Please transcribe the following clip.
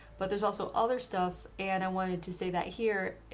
but there's also other stuff and i wanted to say that here,